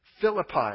Philippi